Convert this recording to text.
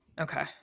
Okay